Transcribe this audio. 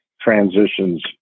transitions